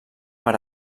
per